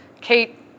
Kate